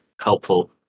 helpful